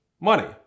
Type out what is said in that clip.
money